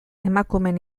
emakumeen